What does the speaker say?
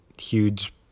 huge